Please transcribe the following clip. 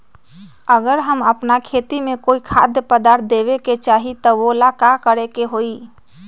अगर हम अपना खेती में कोइ खाद्य पदार्थ देबे के चाही त वो ला का करे के होई?